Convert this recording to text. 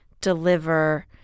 deliver